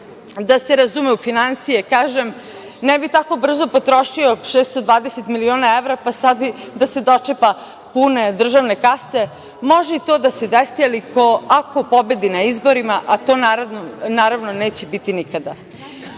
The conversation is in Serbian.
Da se razume u finansije, kažem, ne bi tako brzo potrošio 620 miliona evra pa sada bi da se dočepa pune državne kase. Može i to da se desi, ali ako pobedi na izborima, a to naravno neće biti nikada. Prva